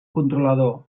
controlador